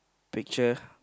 picture